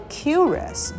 curious